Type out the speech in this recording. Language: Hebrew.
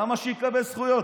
למה שיקבל זכויות?